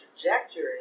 trajectory